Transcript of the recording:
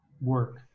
work